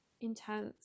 intense